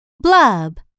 blub